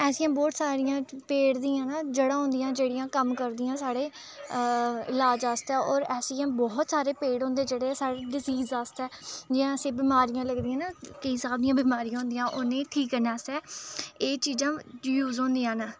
ऐसियां बहोत सारियां पेड़ दियां ना जड़ांऽ होंदियां न जेह्ड़ियां कम्म करदियां साढ़े इलाज़ आस्तै होर ऐसियां बहोत सारे पेड़ होंदे जेह्ड़े साढ़े डिसीज़ आस्तै जि'यां असें ई बमारियां लगदियां ना केईं स्हाब दियां बमारियां होंदियां उ'नें ई ठीक करने आस्तै एह् चीज़ां यूज़ होंदियां न